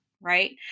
right